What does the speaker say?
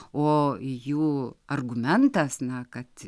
o jų argumentas na kad